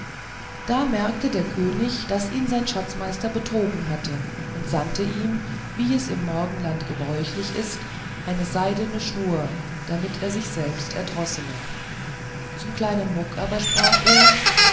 da merkte der könig daß ihn sein schatzmeister betrogen hatte und sandte ihm wie es im morgenland gebräuchlich ist eine seidene schnur damit er sich selbst erdroßle zum kleinen muck aber sprach er